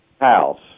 house